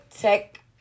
tech